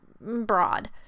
broad